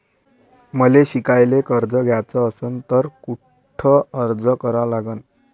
मले शिकायले कर्ज घ्याच असन तर कुठ अर्ज करा लागन?